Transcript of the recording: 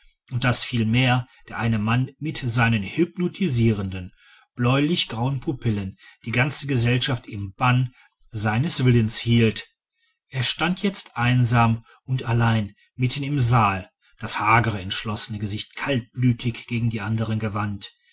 und daß vielmehr der eine mann mit seinen hypnotisierenden bläulich grauen pupillen die ganze gesellschaft im bann seines willens hielt er stand jetzt einsam und allein mitten im saal das hagere entschlossene gesicht kaltblütig gegen die andern gewandt